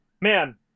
Man